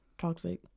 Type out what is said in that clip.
toxic